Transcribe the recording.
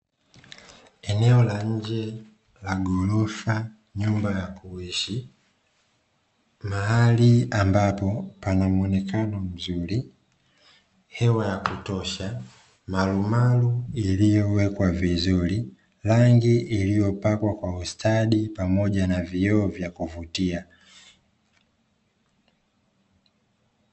Eneo la nje la ghorofa, nyumba ya kuishi, mahali ambapo pana muonekano mzuri, hewa ya kutosha, malumalu iliyowekwa vizuri, rangi iliyopakwa kwa ustadi, pamoja na vioo vya kuvutia.